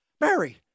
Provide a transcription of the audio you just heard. Mary